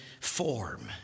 form